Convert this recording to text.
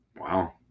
Wow